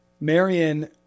Marion